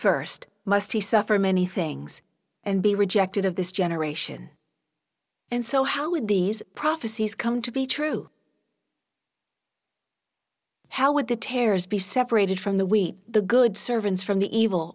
st must he suffer many things and be rejected of this generation and so how would these prophecies come to be true how would the tears be separated from the wheat the good servants from the evil